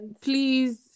please